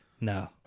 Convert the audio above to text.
No